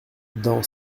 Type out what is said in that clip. dans